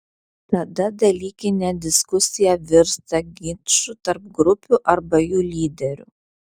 tada dalykinė diskusija virsta ginču tarp grupių arba jų lyderių